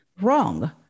wrong